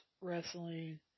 wrestling